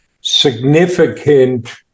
significant